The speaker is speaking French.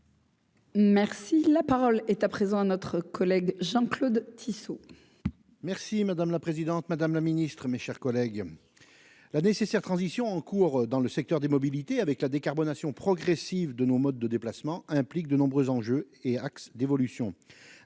Merci, la parole est à présent à notre collègue Jean-Claude Tissot. Merci madame la présidente, Madame la Ministre, mes chers collègues, la nécessaire transition en cours dans le secteur des mobilités avec la décarbonation progressive de nos modes de déplacement implique de nombreux enjeux et axes d'évolution